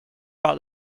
about